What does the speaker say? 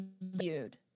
viewed